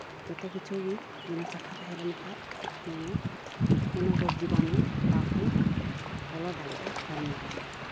ᱡᱚᱛᱚ ᱠᱤᱪᱷᱩᱜᱮ ᱡᱮᱱᱚ ᱥᱟᱯᱷᱟ ᱛᱟᱦᱮᱸᱞᱮᱱ ᱠᱷᱟᱡ ᱡᱮᱱᱚ ᱠᱳᱱᱳ ᱨᱳᱜᱽ ᱡᱤᱵᱟᱱᱩ ᱵᱟᱠᱚ ᱵᱚᱞᱚ ᱫᱟᱲᱮᱭᱟᱜᱟ ᱦᱚᱲᱢᱚ ᱨᱮ